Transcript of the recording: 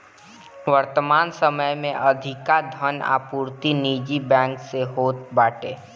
वर्तमान समय में अधिका धन आपूर्ति निजी बैंक से होत बाटे